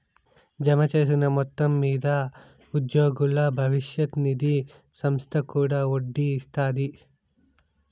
జమచేసిన మొత్తం మింద ఉద్యోగుల బవిష్యత్ నిది సంస్త కూడా ఒడ్డీ ఇస్తాది